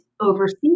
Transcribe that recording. overseas